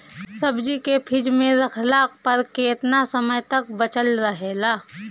सब्जी के फिज में रखला पर केतना समय तक बचल रहेला?